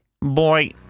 boy